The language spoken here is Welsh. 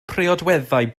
priodweddau